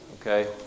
Okay